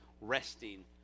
resting